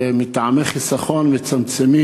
ומטעמי חיסכון מצמצמים